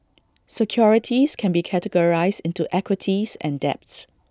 securities can be categorized into equities and debts